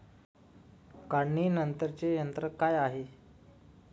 काढणीनंतरचे तंत्र काय आहे?